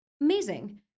amazing